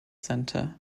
center